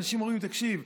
אנשים אומרים לי: תקשיב,